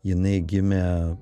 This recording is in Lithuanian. jinai gimė